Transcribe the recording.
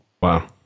Wow